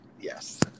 yes